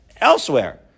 elsewhere